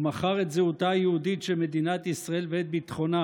ומכר את זהותה היהודית של מדינת ישראל ואת ביטחונה